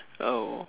oh